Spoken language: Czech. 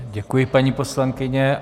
Děkuji, paní poslankyně.